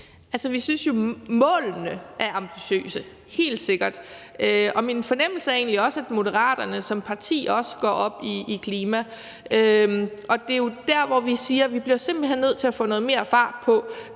Altså, vi synes jo, at målene er ambitiøse, helt sikkert. Og min fornemmelse er egentlig også, at Moderaterne som parti går op i klima, og det er der, hvor vi siger, at vi simpelt hen bliver nødt til at få noget mere fart på.